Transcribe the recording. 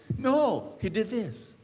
no, he did this.